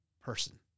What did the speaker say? person